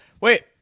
Wait